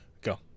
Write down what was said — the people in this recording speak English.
Go